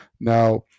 Now